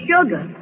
Sugar